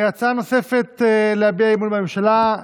הצעה נוספת להביע אי-אמון בממשלה,